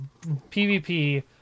PvP